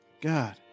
God